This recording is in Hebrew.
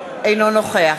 אינו נוכח